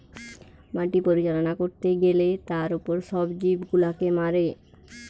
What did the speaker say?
মাটি পরিচালনা করতে গ্যালে তার উপর সব জীব গুলাকে মারে